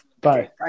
bye